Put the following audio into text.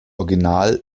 original